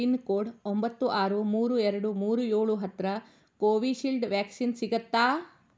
pin code ಒಂಬತ್ತು ಆರು ಮೂರು ಎರಡು ಮೂರು ಏಳು ಹತ್ತಿರ ಕೋವಿಶೀಲ್ಡ್ ವ್ಯಾಕ್ಸಿನ್ ಸಿಗುತ್ತಾ